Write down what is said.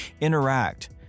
interact